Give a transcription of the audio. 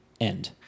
end